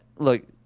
Look